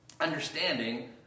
understanding